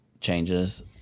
changes